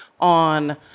on